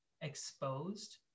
exposed